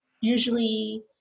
usually